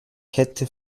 kette